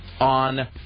on